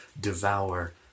devour